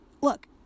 Look